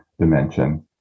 dimension